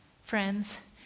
friends